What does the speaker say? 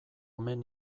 omen